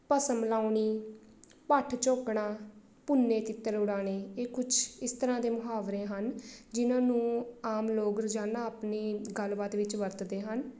ਭਸਮ ਮਲਾਉਣੀ ਭੱਠ ਝੋਕਣਾ ਭੁੰਨੇ ਤਿੱਤਰ ਉਡਾਉਣੇ ਇਹ ਕੁਛ ਇਸ ਤਰ੍ਹਾਂ ਦੇ ਮੁਹਾਵਰੇ ਹਨ ਜਿਨ੍ਹਾਂ ਨੂੰ ਆਮ ਲੋਕ ਰੋਜ਼ਾਨਾ ਆਪਣੀ ਗੱਲਬਾਤ ਵਿੱਚ ਵਰਤਦੇ ਹਨ